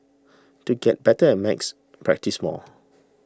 to get better at maths practise more